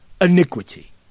Iniquity